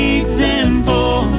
example